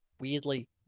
weirdly